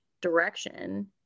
direction